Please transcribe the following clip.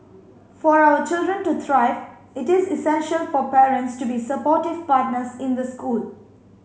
for our children to thrive it is essential for parents to be supportive partners in the school